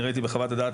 אני ראיתי בחוות הדעת,